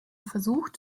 versucht